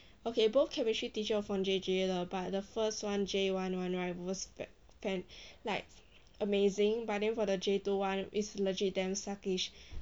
okay both chemistry teacher from J_J 的 but the first one J one one right was back~ fan~ like amazing but then for the J two one is legit damn suckish